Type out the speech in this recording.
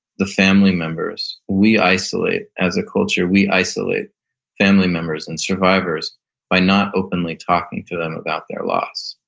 the family members, we isolate as a culture, we isolate family members and survivors by not openly talking to them about their loss,